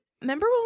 Remember